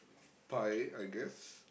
pie I guess